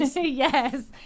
Yes